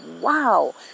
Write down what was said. wow